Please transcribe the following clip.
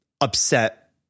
upset